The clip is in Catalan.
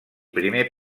primer